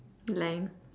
line